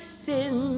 sin